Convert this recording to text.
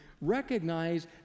recognize